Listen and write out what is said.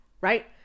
Right